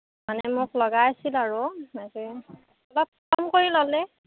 মানে মোক লগা আছিলে আৰু মানে কিবা কম কৰি ল'লে